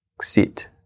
sit